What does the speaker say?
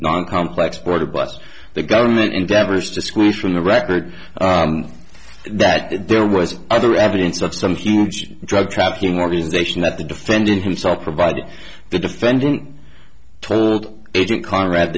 non complex board a bus the government endeavors to squeeze from the record that there was other evidence of some huge drug trafficking organization that the defendant himself provided the defendant told agent conrad